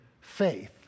faith